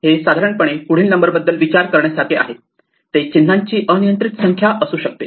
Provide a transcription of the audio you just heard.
हे साधारणपणे पुढील नंबर बद्दल विचार करण्यासारखे आहे ते चिन्हांची अनियंत्रित संख्या असू शकते